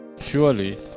Surely